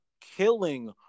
killing